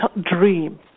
dream